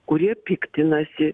kurie piktinasi